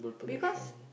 because